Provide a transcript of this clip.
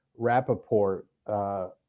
Rappaport